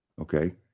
Okay